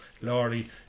Laurie